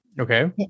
okay